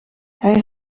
hij